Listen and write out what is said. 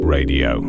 Radio